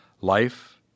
life